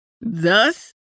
Thus